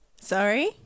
Sorry